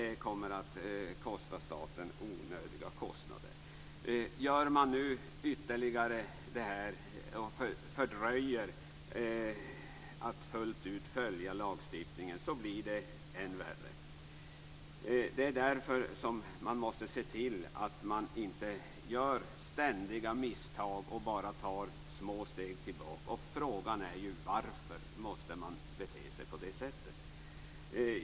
Det kommer att orsaka staten onödiga kostnader. Fördröjer man ytterligare att Sverige fullt ut skall följa lagstiftningen blir det än värre. Det är därför som man måste se till att inte göra ständiga misstag och bara ta små steg tillbaka. Frågan är ju: Varför måste man bete sig på det sättet?